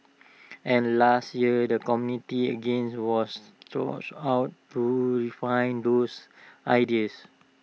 and last year the community again was sought out to refine those ideas